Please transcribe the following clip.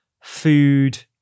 food